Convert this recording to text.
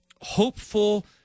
hopeful